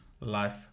Life